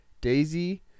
Daisy